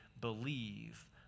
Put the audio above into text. believe